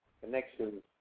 connections